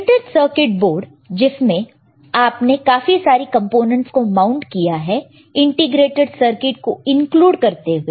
printed circuit board जिसमें आपने काफी सारी कंपोनेंट्स को माउंट किया है इंटीग्रेटड सर्किट को इंक्लूड करते हुए